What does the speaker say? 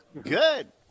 Good